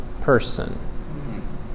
person